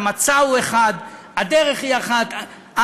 המצע הוא אחד והדרך היא אחת,